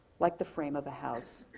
like the frame of a house.